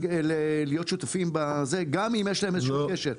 להיות שותפים בזה גם אם יש להם איזשהו קשר.